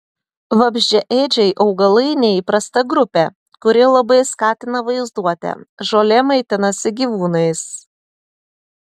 vabzdžiaėdžiai augalai neįprasta grupė kuri labai skatina vaizduotę žolė maitinasi gyvūnais